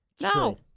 no